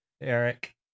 eric